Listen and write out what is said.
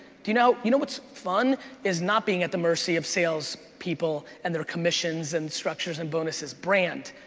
do you know you know what's fun is not being at the mercy of sales people and their commissions and structures and bonuses. brand,